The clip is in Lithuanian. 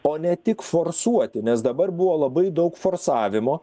o ne tik forsuoti nes dabar buvo labai daug forsavimo